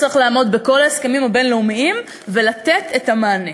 צריך לעמוד בכל ההסכמים הבין-לאומיים ולתת את המענה,